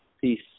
Peace